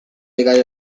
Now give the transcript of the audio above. legati